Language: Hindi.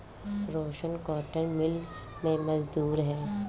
रोशन कॉटन मिल में मजदूर है